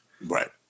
Right